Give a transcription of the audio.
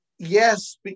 Yes